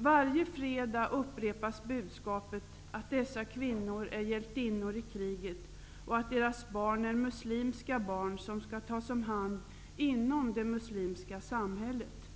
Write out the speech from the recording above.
Varje fredag upprepas budskapet att dessa kvinnor är hjältinnor i kriget och att deras barn är muslimska barn som skall tas om hand inom det muslimska samhället.